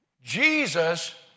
Jesus